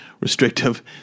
restrictive